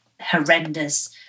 horrendous